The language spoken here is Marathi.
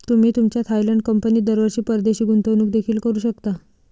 तुम्ही तुमच्या थायलंड कंपनीत दरवर्षी परदेशी गुंतवणूक देखील करू शकता